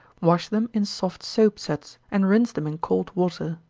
wash them in soft soap-suds, and rinse them in cold water.